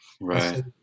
Right